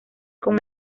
como